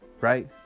right